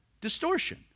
distortion